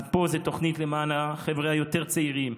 אז פה זה תוכנית למען החבר'ה היותר-צעירים,